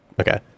okay